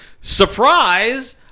surprise